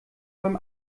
beim